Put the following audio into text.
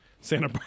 Santa